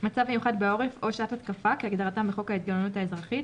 מצב מיוחד בעורף או שעת התקפה כהגדרתם בחוק ההתגוננות האזרחית,